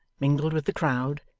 mingled with the crowd,